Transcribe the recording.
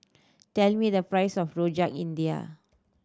tell me the price of Rojak India